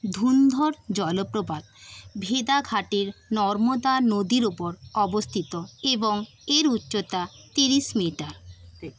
ধুন্ধর জলপ্রপাত ভেদাঘাটের নর্মদা নদীর উপর অবস্থিত এবং এর উচ্চতা তিরিশ মিটার